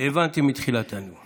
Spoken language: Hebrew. הבנתי מתחילת הנאום.